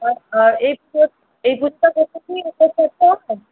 আর হ্যাঁ এই পুজো এই পুজোটা করতে কি উপোস করতে হয়